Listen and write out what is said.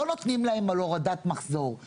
--- מקזזים לו את ההכנסות העתידיות.